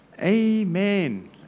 Amen